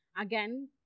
again